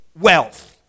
wealth